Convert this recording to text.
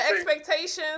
expectations